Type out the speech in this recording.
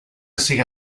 siga